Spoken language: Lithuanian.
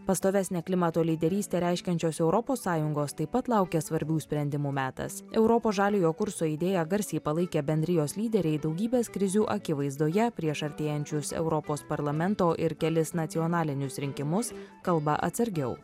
pastovesnę klimato lyderystę reiškiančios europos sąjungos taip pat laukia svarbių sprendimų metas europos žaliojo kurso idėją garsiai palaikę bendrijos lyderiai daugybės krizių akivaizdoje prieš artėjančius europos parlamento ir kelis nacionalinius rinkimus kalba atsargiau